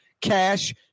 cash